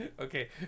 okay